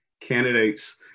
candidates